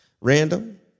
Random